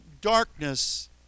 darkness